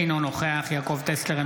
אינו נוכח יעקב טסלר,